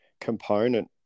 component